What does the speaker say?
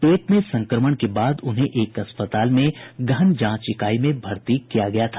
पेट में संक्रमण के बाद उन्हें एक अरपताल में गहन जांच इकाई में भर्ती किया गया था